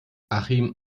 achim